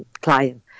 client